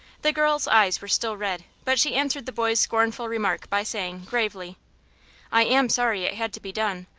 the girl's eyes were still red, but she answered the boy's scornful remark by saying, gravely i am sorry it had to be done.